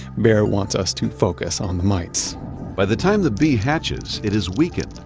bayer wants us to focus on the mites by the time the bee hatches, it is weakened,